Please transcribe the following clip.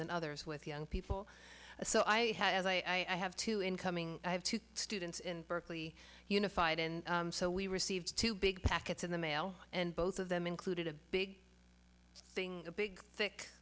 than others with young people so i had as i have to incoming i have two students in berkeley unified and so we received two big packets in the mail and both of them included a big thing a big thick